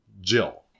Jill